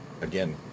Again